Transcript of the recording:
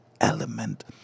element